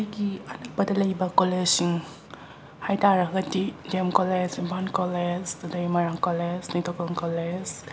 ꯑꯩꯒꯤ ꯑꯅꯛꯄꯗ ꯂꯩꯕ ꯀꯣꯂꯦꯖꯁꯤꯡ ꯍꯥꯏꯇꯥꯔꯒꯗꯤ D M college Imphal college ꯑꯗꯩ ꯃꯣꯏꯔꯥꯡ ꯀꯣꯂꯦꯖ ꯅꯤꯡꯊꯧꯈꯣꯡ ꯀꯣꯂꯦꯖ